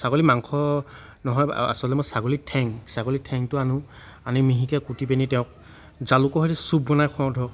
ছাগলী মাংস নহয় আচলতে মই ছাগলী ঠেং ছাগলী ঠেংটো আনোঁ আনি মিহিকে কুটি পেনি তেওঁক জালুকৰ সৈতে ছ্য়ুপ বনাই খোৱাওঁ ধৰক